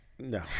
No